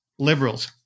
Liberals